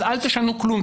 אל תשנו כלום,